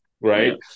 right